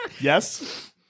Yes